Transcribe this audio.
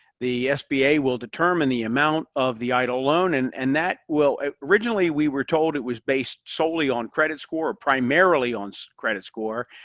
the sba will determine the amount of the eidl loan. and and that will originally we were told it was based solely on credit score primarily on so credit score.